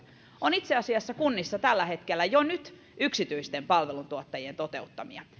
on itse asiassa kunnissa tällä hetkellä jo nyt yksityisten palveluntuottajien toteuttamia